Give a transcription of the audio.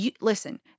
listen